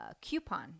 coupon